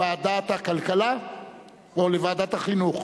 לוועדת הכלכלה או לוועדת החינוך?